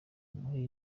muhe